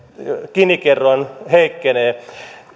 gini kerroin heikkenee